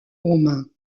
romain